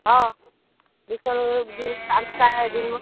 डिस्कोन वगैरे देऊन आम्हाला काय घेईन मग